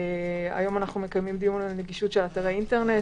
היום אנחנו מקיימים דיון על נגישות של אתרי אינטרנט